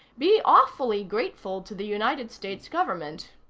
be awfully grateful to the united states government.